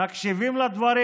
מקשיבים לדברים.